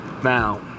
Now